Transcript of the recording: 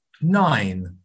Nine